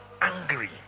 angry